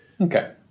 Okay